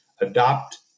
adopt